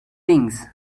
things